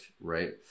right